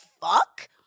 fuck